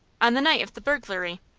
on the night of the burglary.